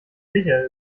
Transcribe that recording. sicher